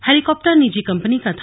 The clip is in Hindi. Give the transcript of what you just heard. हेलीकॉप्टर निजी कंपनी का था